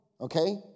okay